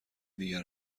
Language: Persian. دیگر